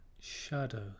shadow